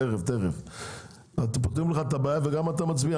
תכף, תכף, פותרים לך את הבעיה וגם אתה מצביע.